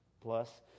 plus